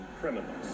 criminals